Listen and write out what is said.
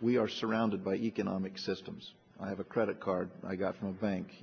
we are surrounded by economic systems i have a credit card i got from a bank